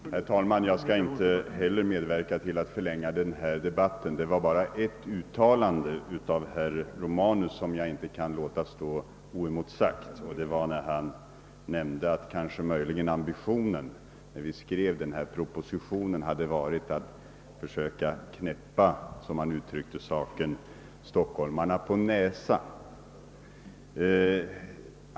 Herr talman! Jag skall inte heller medverka till att förlänga denna debatt, men det var ett uttalande av herr Romanus som jag inte kan låta stå oemotsagt. Han nämnde att vår ambition när vi skrev denna proposition kanske varit att försöka — som han uttryckte saken — »knäppa stockholmarna på näsan».